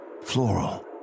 floral